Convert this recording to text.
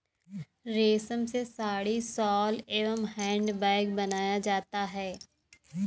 रेश्म से साड़ी, शॉल एंव हैंड बैग बनाया जाता है